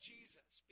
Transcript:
Jesus